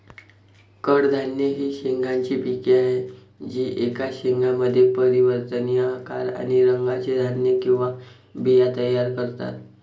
कडधान्ये ही शेंगांची पिके आहेत जी एकाच शेंगामध्ये परिवर्तनीय आकार आणि रंगाचे धान्य किंवा बिया तयार करतात